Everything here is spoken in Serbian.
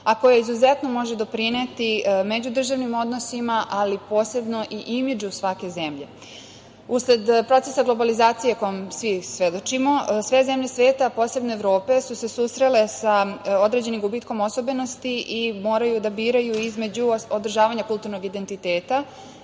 a koja izuzetno može doprineti međudržavnim odnosima, ali posebno i imidžu svake zemlje. Usled procesa globalizacije, kome svi svedočimo, sve zemlje sveta, a posebno Evrope, su se susrele sa određenim gubitkom osobenosti i moraju da biraju između održavanja kulturnog identiteta